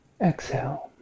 Exhale